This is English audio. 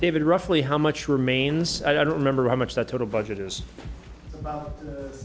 david roughly how much remains i don't remember how much the total budget is about